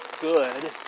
good